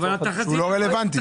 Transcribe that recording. אבל הוא לא רלוונטי.